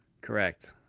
Correct